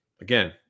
Again